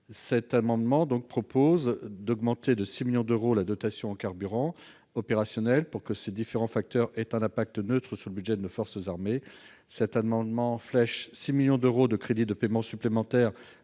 Cet amendement vise donc à augmenter de 6 millions d'euros la dotation en carburants opérationnels, afin que ces différents facteurs aient un impact neutre sur le budget de nos forces armées. Cela s'effectuerait par le fléchage de 6 millions d'euros de crédits de paiement supplémentaires